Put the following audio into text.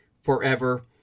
forever